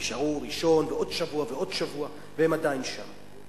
נשארו ראשון ועוד שבוע ועוד שבוע והם עדיין שם.